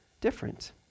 different